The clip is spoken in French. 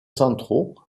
centraux